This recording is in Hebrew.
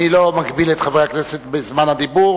אני לא אגביל את חברי הכנסת בזמן הדיבור,